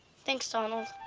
thanks, donald.